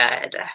good